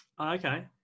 Okay